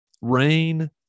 Rain